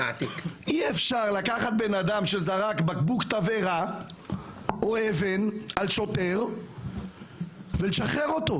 אי אפשר לקחת אדם שזרק בקבוק תבערה או אבן על שוטר ולשחרר אותו,